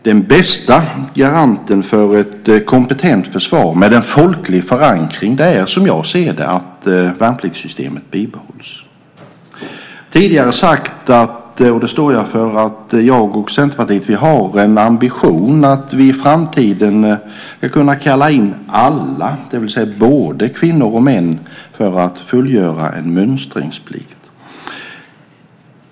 Den bästa garanten för ett kompetent försvar med en folklig förankring, som jag ser det, är att värnpliktssystemet bibehålls. Jag har tidigare sagt, vilket jag står för, att jag och Centerpartiet har ambitionen att vi i framtiden ska kunna kalla in alla, det vill säga både kvinnor och män, för att fullgöra en mönstringsplikt.